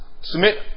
submit